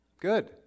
Good